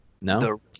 No